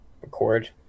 record